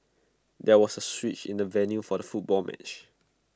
there was A switch in the venue for the football match